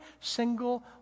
single